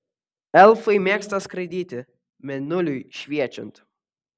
elfai mėgsta skraidyti mėnuliui šviečiant